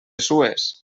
sues